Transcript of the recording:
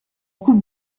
coupe